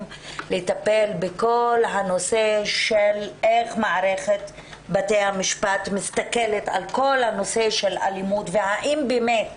ולטפל בשאלה איך מערכת בתי המשפט מסתכלת על כל נושא האלימות והאם באמת